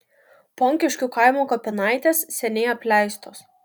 ponkiškių kaimo kapinaitės seniai apleistos